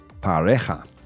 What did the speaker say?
pareja